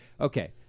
okay